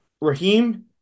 Raheem